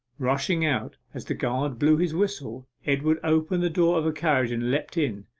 rushing out as the guard blew his whistle, edward opened the door of a carriage and leapt in.